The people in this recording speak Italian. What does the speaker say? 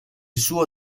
suo